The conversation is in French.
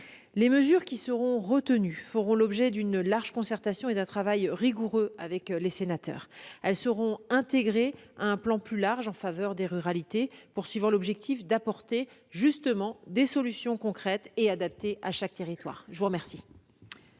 Les mesures qui seront retenues feront l'objet d'une large concertation et d'un travail rigoureux avec les sénateurs. Elles seront intégrées à un plan plus large en faveur des ruralités afin d'apporter des solutions concrètes et adaptées à chaque territoire. La parole